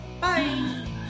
Bye